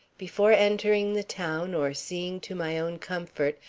before entering the town or seeing to my own comfort,